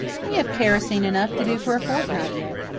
we have kerosene enough to do for a fortnight yet.